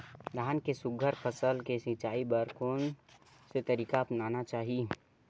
धान के सुघ्घर फसल के सिचाई बर कोन से तरीका अपनाना चाहि?